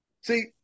See